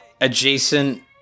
adjacent